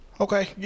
okay